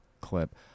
clip